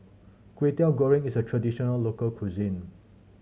Kway Teow Goreng is a traditional local cuisine